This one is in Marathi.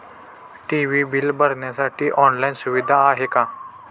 टी.वी बिल भरण्यासाठी ऑनलाईन सुविधा आहे का?